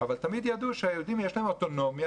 אבל תמיד ידעו שליהודים יש אוטונומיה